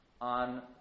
on